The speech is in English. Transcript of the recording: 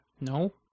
No